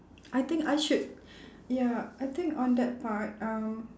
I think I should ya I think on that part um